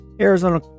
Arizona